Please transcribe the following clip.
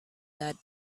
that